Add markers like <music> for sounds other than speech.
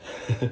<laughs>